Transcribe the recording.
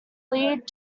lead